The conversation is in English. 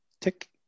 tick